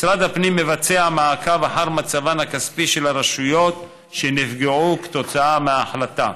משרד הפנים מבצע מעקב אחר מצבן הכספי של הרשויות שנפגעו כתוצאה מההחלטה.